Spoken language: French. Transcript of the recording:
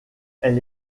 elle